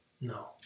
no